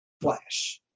flash